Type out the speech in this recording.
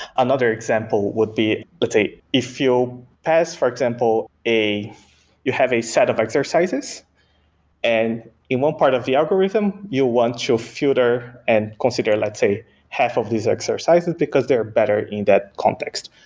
another example would be but say, if you pass for example a you have a set of exercises and in one part of the algorithm, you want your filter and consider let's say half of these exercises because they are better in that context.